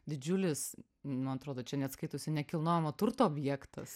didžiulis man atrodo čia net skaitosi nekilnojamo turto objektas